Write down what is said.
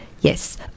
Yes